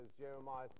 Jeremiah